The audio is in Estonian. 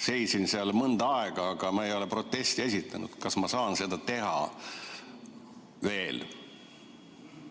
seisin seal mõnda aega, aga ma ei ole protesti esitanud. Kas ma saan seda teha veel?